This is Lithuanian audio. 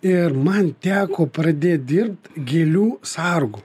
ir man teko pradėt dirbt gėlių sargu